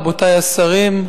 רבותי השרים,